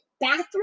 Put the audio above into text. bathroom